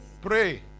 Pray